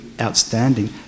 outstanding